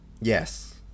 Yes